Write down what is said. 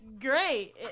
Great